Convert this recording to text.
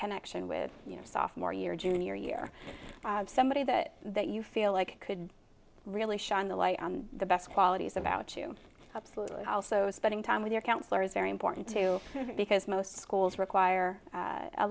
connection with you know sophomore year junior year somebody that that you feel like could really shine the light on the best qualities about you absolutely also spending time with your counselor is very important too because most schools require a